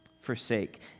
Forsake